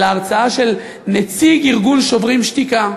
אלא הרצאה של נציג ארגון "שוברים שתיקה",